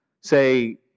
say